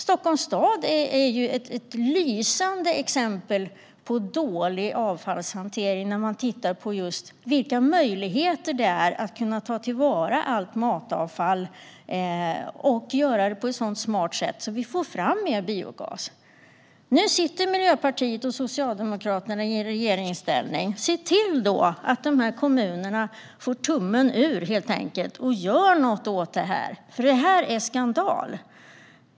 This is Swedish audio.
Stockholms stad är ett lysande exempel på dålig avfallshantering när det gäller möjligheterna att ta till vara allt matavfall på ett smart sätt så att vi får fram mer biogas. Nu sitter Miljöpartiet och Socialdemokraterna i regeringsställning. Se då till att dessa kommuner helt enkelt får tummen ur och gör något åt detta, för det är skandal!